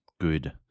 good